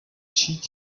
cheek